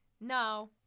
No